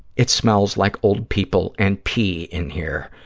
it smells like old people and pee in here.